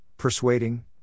Persuading